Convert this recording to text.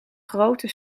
grote